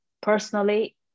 personally